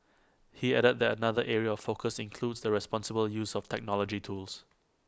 he added that another area of focus includes the responsible use of technology tools